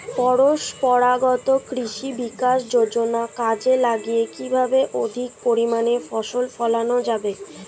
পরম্পরাগত কৃষি বিকাশ যোজনা কাজে লাগিয়ে কিভাবে অধিক পরিমাণে ফসল ফলানো যাবে?